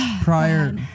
prior